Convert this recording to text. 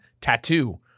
tattoo